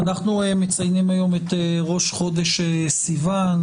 אנחנו מציינים היום את ראש חודש סיון,